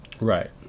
Right